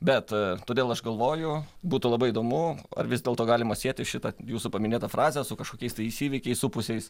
bet todėl aš galvoju būtų labai įdomu ar vis dėlto galima sieti šitą jūsų paminėtą frazę su kažkokiais tais įvykiais supusiais